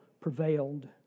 prevailed